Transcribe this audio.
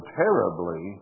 terribly